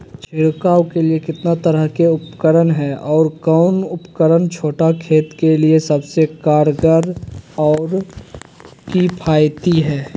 छिड़काव के लिए कितना तरह के उपकरण है और कौन उपकरण छोटा खेत के लिए सबसे कारगर और किफायती है?